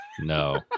No